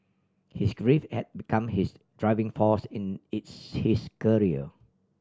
his grief had become his driving force in his career